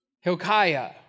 Hilkiah